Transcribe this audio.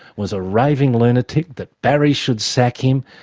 was a raving lunatic, that barry should sack him,